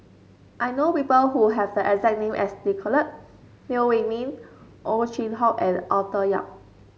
I know people who have the exact name as Nicolette Teo Wei Min Ow Chin Hock and Arthur Yap